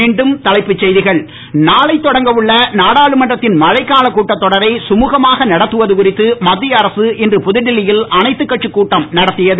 மீண்டும் தலைப்புச் செய்திகள் நாளை தொடங்க உள்ள நாடாளுமன்றத்தின் மழைக்காலக் கூட்டத் தொடரை கமுகமாக நடத்துவது குறித்து மத்திய அரசு இன்று புதுடெல்லியில் அனைத்துக் கட்சிக் கூட்டம் நடத்தியது